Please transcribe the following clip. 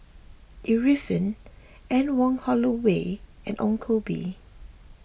Arifin Anne Wong Holloway and Ong Koh Bee